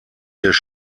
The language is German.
des